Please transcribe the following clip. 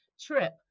Trip